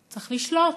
צריך לשלוט.